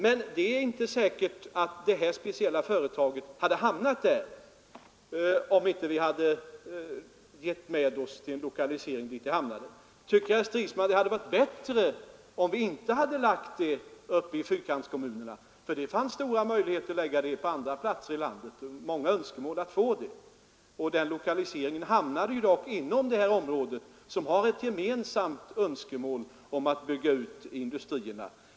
Men det är inte säkert att detta speciella företag hade hamnat där, om vi inte hade givit vårt tillstånd till en lokalisering till den plats där det hamnat. Tycker herr Stridsman att det hade varit bättre om vi inte hade förlagt det till en av Fyrkantskommunerna? Det fanns många andra som önskade få denna lokalisering. Men den skedde ändock inom detta område, som har ett gemensamt önskemål om att få nya industrier.